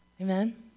Amen